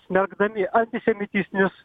smerkdami antisemitistinius